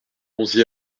onze